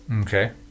okay